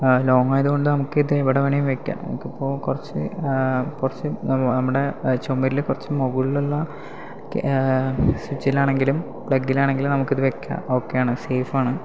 ലോങ്ങായതുകൊണ്ട് നമുക്കിത് എവിടെ വേണേലും വയ്ക്കാം നമുക്കിപ്പോൾ കുറച്ച് കുറച്ച് നമ്മുടെ ചുമരിൽ കുറച്ചു മുകളിലുള്ള സ്വിച്ചിലാണെങ്കിലും പ്ലഗ്ഗിലാണെങ്കിലും നമുക്കിത് വയ്ക്കാം ഓക്കെയാണ് സേഫാണ്